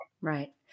Right